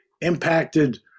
impacted